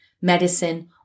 medicine